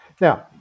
Now